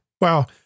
Wow